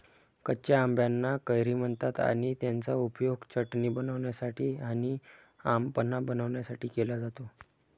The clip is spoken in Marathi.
कच्या आंबाना कैरी म्हणतात आणि त्याचा उपयोग चटणी बनवण्यासाठी आणी आम पन्हा बनवण्यासाठी केला जातो